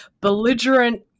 belligerent